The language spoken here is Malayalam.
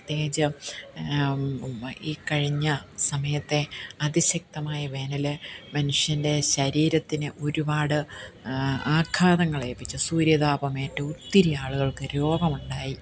പ്രത്യേകിച്ചും ഈ കഴിഞ്ഞ സമയത്തെ അതിശക്തമായ വേനല് മനുഷ്യൻ്റെ ശരീരത്തിന് ഒരുപാട് ആഘാതങ്ങളേപ്പിച്ചു സൂര്യതാപം ഏറ്റ് ഒത്തിരിയാളുകൾക്ക് രോഗമുണ്ടായി